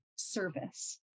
service